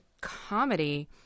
comedy